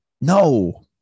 No